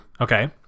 Okay